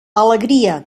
alegria